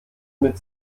mit